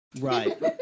right